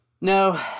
No